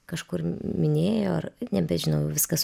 kažkur minėjo ar nebežinau viskas